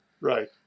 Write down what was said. Right